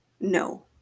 No